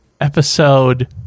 episode